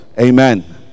Amen